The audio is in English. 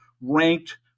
ranked